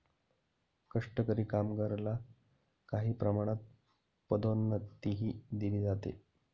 कष्टकरी कामगारला काही प्रमाणात पदोन्नतीही दिली जाते